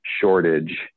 shortage